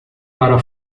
para